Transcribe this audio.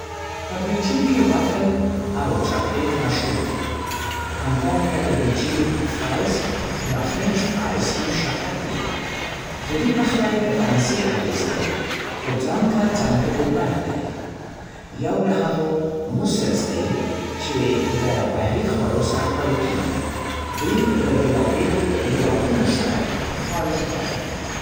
په بلجیم کې «وافل» او چاکلیټ مشهور دي. همدارنګه د بلجیم فرایز یا فرینچ فرایز هم شهرت لري. د دوی پخلی د فرانسې اغېز لري، خو ځان ته ځانګړې بڼه لري. یو له هغو «موسلز» دی چې د بحري خوړو سره خوړل کېږي. دوی له بیلابېلو لعابونو سره خواړه تیاروي.